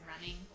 running